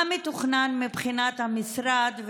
מה מתוכנן מבחינת המשרד?